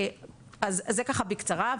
זה ככה בקצרה,